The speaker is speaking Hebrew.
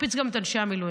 תקפיץ גם את אנשי המילואים.